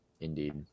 Indeed